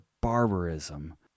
barbarism